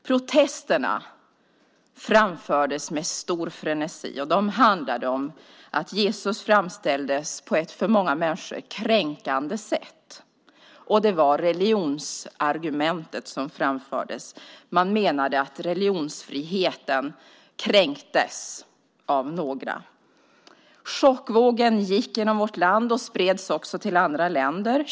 Protesterna framfördes med stor frenesi, och de handlade om att Jesus framställdes på ett för många människor kränkande sätt. Det var religionsargumentet som framfördes. Man menade att religionsfriheten kränktes av några. Chockvågen gick genom vårt land och spreds också till andra länder.